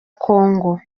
congo